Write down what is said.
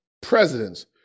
presidents